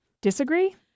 Disagree